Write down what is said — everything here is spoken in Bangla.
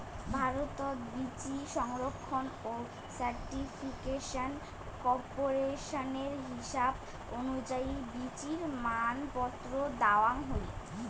ভারতত বীচি সংরক্ষণ ও সার্টিফিকেশন কর্পোরেশনের হিসাব অনুযায়ী বীচির মানপত্র দ্যাওয়াং হই